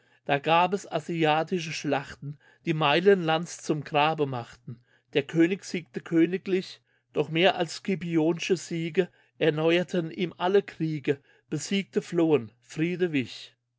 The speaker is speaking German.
da gab es asiatische schlachten die meilen lands zum grabe machten der könig siegte königlich doch mehr als scipionische siege erneuerten ihm alle kriege besiegte flohen